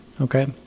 Okay